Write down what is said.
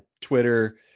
Twitter